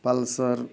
pulsar